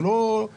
הוא לא יהודי.